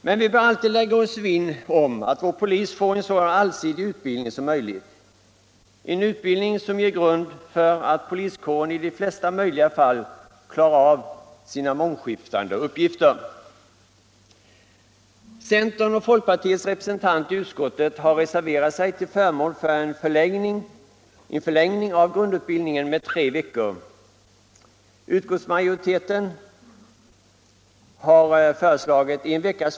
Men vi bör alltid lägga oss vinn om att vår polis får en så allsidig utbildning som möjligt, en utbildning som ger grund för att poliskåren i de flesta möjliga fall klarar av sina mångskiftande uppgifter.